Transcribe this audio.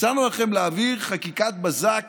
הצענו לכם להעביר יחד